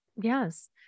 Yes